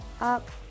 up